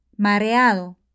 Mareado